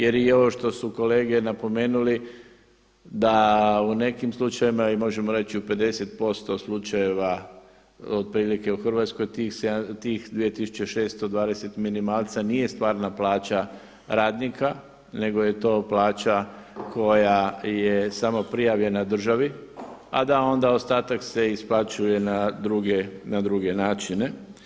Jer i ovo što su kolege napomenuli da u nekim slučajevima i možemo reći u 50% slučajeva otprilike u Hrvatskoj tih 2620 minimalca nije stvarna plaća radnika nego je to plaća koja je samo prijavljena državi a da onda ostatak se isplaćuje na druge načine.